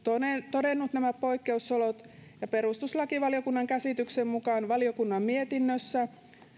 todennut nämä poikkeusolot perustuslakivaliokunnan käsityksen mukaan perustuslakivaliokunnan mietinnössä